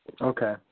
Okay